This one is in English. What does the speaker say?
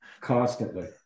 Constantly